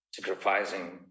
sacrificing